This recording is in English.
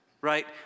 right